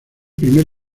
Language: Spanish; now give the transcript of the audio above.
primer